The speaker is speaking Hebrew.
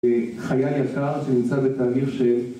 חייה יקרה שנמצא בתהליך של...